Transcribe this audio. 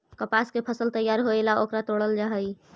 कपास के फसल तैयार होएला ओकरा तोडल जा हई